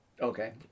Okay